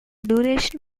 duration